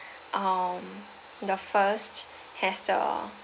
um the first has the